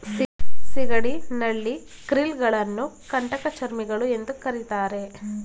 ಸಿಗಡಿ, ನಳ್ಳಿ, ಕ್ರಿಲ್ ಗಳನ್ನು ಕಂಟಕಚರ್ಮಿಗಳು ಎಂದು ಕರಿತಾರೆ